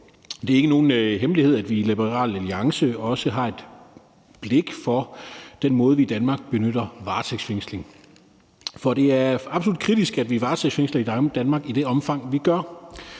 Det er ikke nogen hemmelighed, at vi i Liberal Alliance også har et øje på den måde, vi i Danmark benytter varetægtsfængsling på, for det er absolut kritisk, at vi i Danmark varetægtsfængsler i det omfang, vi gør.